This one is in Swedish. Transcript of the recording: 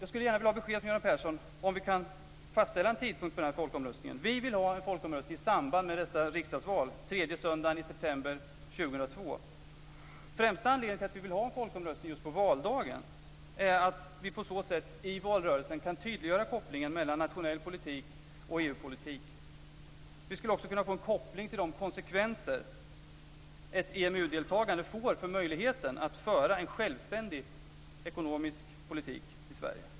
Jag skulle gärna vilja ha besked från Göran Persson. Kan vi fastställa en tidpunkt för folkomröstningen? Den främsta anledningen till att vi vill ha en folkomröstning just på valdagen är att vi på så sätt i valrörelsen kan tydliggöra kopplingen mellan nationell politik och EU-politik.